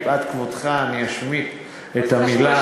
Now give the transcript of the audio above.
מפאת כבודך אני אשמיט את המילה,